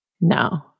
No